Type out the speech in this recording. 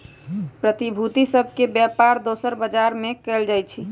प्रतिभूति सभ के बेपार दोसरो बजार में कएल जाइ छइ